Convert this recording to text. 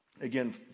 Again